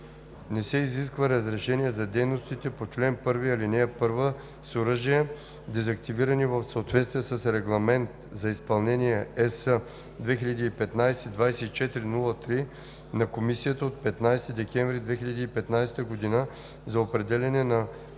Не се изисква разрешение за дейностите по чл. 1, ал. 1 с оръжия, дезактивирани в съответствие с Регламент за изпълнение (ЕС) 2015/2403 на Комисията от 15 декември 2015 г. за определяне на